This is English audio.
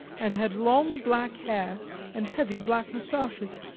and had long black hair and heavy black moustaches.